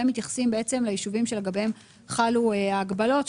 מתייחסים ליישובים שלגביהם חלו ההגבלות.